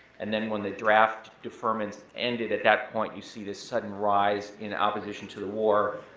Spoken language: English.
and then when the drafty deferments ended, at that point you see this sudden rise in opposition to the war.